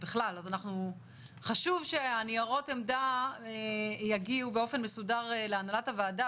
חשוב שניירות עמדה יגיעו באופן מסודר להנהלת הוועדה,